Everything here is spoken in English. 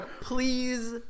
Please